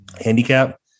handicap